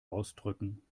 ausdrücken